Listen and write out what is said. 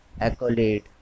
Accolade